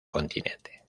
continente